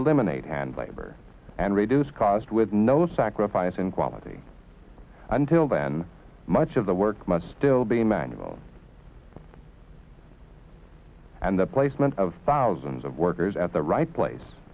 eliminate hand labor and reduce cost with no sacrifice in quality until then much of the work must still be manual and the placement of thousands of workers at the right place